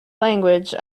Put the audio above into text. language